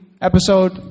episode